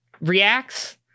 reacts